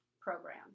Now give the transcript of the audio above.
program